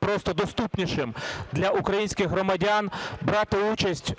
просто доступнішим для українських громадян брати участь,